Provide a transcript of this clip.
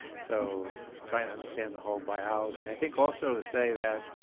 so trying to understand the whole biology i think also to say that